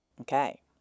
okay